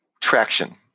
Traction